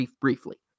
briefly